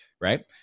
right